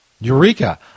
Eureka